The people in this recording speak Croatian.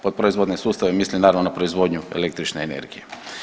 Pod proizvodne sustave mislim naravno na proizvodnju električne energije.